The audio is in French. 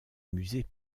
musées